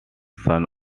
son